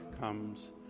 comes